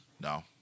No